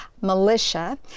Militia